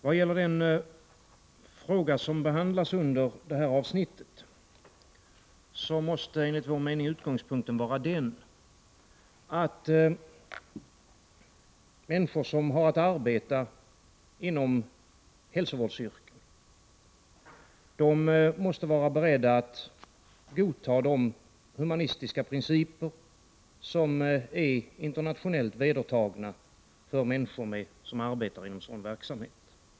Vad gäller den fråga som behandlas under detta avsnitt måste enligt vår mening utgångspunkten vara att människor som har att arbeta i hälsovårdsyrken måste vara beredda att godta de humanistiska principer som är internationellt vedertagna för människor som arbetar inom sådan verksamhet.